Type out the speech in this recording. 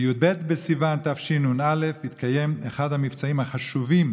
בי"ב בסיוון תשנ"א התקיים אחד המבצעים החשובים